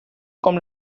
com